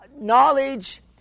knowledge